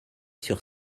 sur